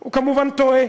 הוא כמובן טועה,